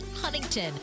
Huntington